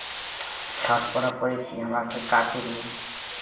छठि पर्व करै छी हमरासभ कातिकमे